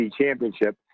championship